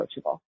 coachable